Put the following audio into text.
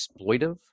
exploitive